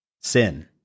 sin